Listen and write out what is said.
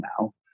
now